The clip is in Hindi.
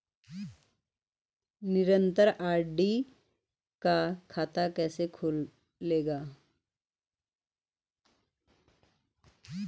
निरन्तर आर.डी का खाता कैसे खुलेगा?